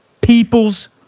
People's